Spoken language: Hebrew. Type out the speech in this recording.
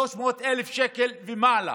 300,000 שקל ומעלה.